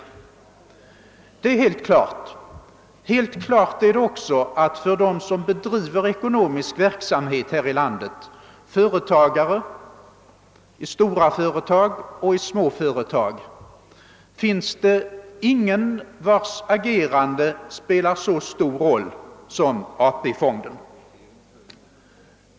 Detta är helt klart. Helt klart är också att det för dem som bedriver ekonomisk verksamhet här i landet ägare av stora och små företag — inte finns någon instans vars agerande spelar så stor roll som AP-fondens.